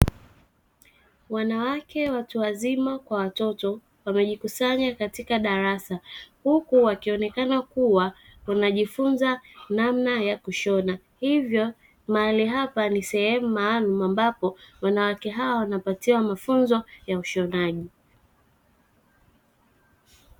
Wanawake watu wazima kwa watoto, wamejikusanya katika darasa huku wakionekana kuwa wanajifunza namna ya kushona hivyo mahali hapa ni sehemu maalum ambapo wanawake hawa wanapatiwa mafunzo ya ushonaji.